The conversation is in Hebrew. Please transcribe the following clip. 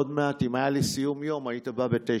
עוד מעט, אם היה לי סיום יום, היית בא ב-21:00.